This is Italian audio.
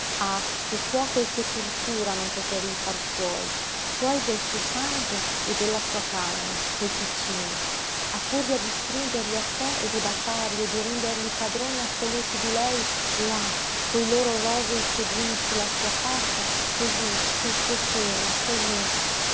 ah che fuoco e che tortura a non poterli far suoi suoi del suo sangue e della sua carne quei piccini a furia di stringerli a sé e di baciarli e di renderli padroni assoluti di lei là coi loro rosei piedini su la sua faccia cosí sul suo seno cosí